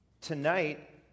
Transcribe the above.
Tonight